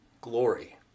glory